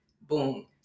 boom